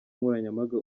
nkoranyambaga